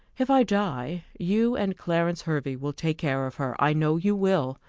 if i die, you and clarence hervey will take care of her i know you will.